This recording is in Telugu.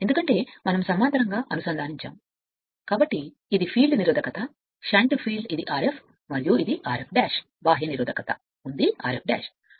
ఎందుకంటే మనం సమాంతరంగా అనుసందానించాం కాబట్టి కాబట్టి ఇది ఫీల్డ్ నిరోధకత షంట్ ఫీల్డ్ ఇది Rf మరియు ఇది Rf బాహ్య నిరోధకత ఉంది Rf